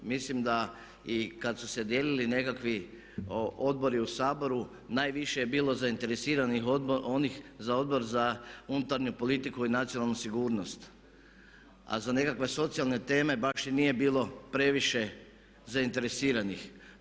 Mislim da i kad su se dijelili nekakvi odbori u Saboru najviše je bilo zainteresiranih onih za Odbor za unutarnju politiku i nacionalnu sigurnost, a za nekakve socijalne teme baš i nije bilo previše zainteresiranih.